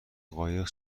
قایق